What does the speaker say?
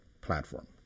platform